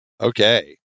Okay